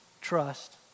trust